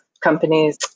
companies